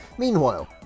Meanwhile